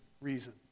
reason